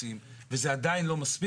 מאה אחוז.